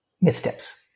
missteps